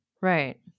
right